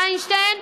וינשטיין,